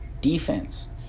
defense